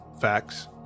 facts